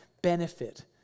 benefit